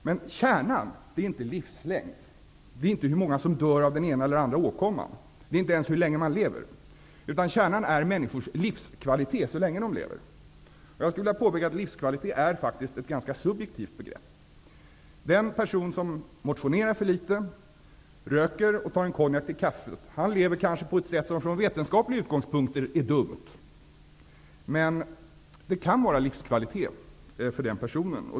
Men kärnan är inte livslängden, inte hur många som dör av den ena eller den andra åkomman och inte ens hur länge man lever. Kärnan är i stället människors livskvalitet så länge de lever. Jag skulle vilja framhålla att livskvalitet faktiskt är ett ganska subjektivt begrepp. Den person som motionerar för litet och som röker och tar en konjak till kaffet lever kanske på ett dumt sätt från vetenskaplig utgångspunkt. Men det sättet att leva kan vara livskvalitet för den personen.